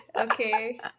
okay